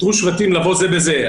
"הותרו שבטים לבוא זה בזה",